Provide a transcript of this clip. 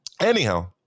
Anyhow